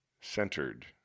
centered